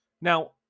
Now